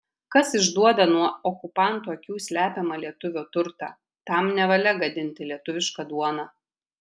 kas išduoda nuo okupantų akių slepiamą lietuvio turtą tam nevalia gadinti lietuvišką duoną